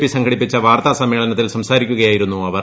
P സംഘടിപ്പിച്ച വാർത്താ സമ്മേളനത്തിൽ സംസാരിക്കുകയായിരുന്നു അവർ